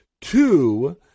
Two